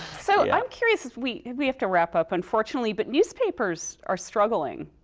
so, i am curious, we we have to wrap up, unfortunately, but newspapers are struggling.